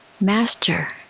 Master